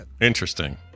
interesting